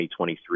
2023